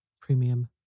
Premium